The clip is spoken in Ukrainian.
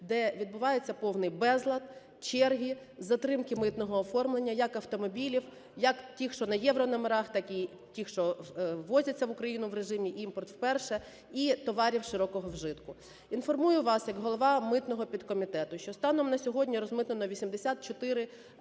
де відбувається повний безлад, черги, затримки митного оформлення автомобілів, як тих, що на єврономерах, так і тих, що ввозяться в Україну в режимі "імпорт вперше", і товарів широкого вжитку. Інформую вас як голова митного підкомітету, що станом на сьогодні розмитнено 84 тисяч